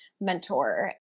mentor